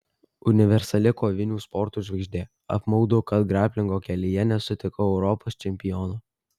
universali kovinių sportų žvaigždė apmaudu kad graplingo kelyje nesutikau europos čempiono